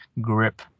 grip